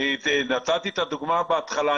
נתתי את הדוגמה בהתחלה.